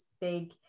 big